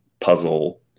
puzzle